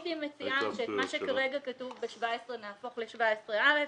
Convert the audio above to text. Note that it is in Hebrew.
אני מציעה שמה שכרגע כתוב ב-17 נהפוך ל17(א)